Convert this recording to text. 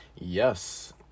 Yes